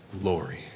glory